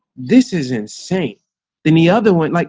this is insane than the other one. like